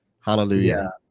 Hallelujah